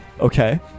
Okay